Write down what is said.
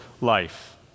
life